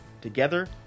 Together